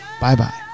Bye-bye